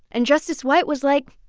and justice white was like,